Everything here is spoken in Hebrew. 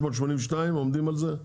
682, אתם עומדים על זה?